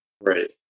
right